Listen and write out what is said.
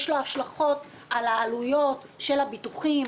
יש לו השלכות על העלויות של הביטוחים,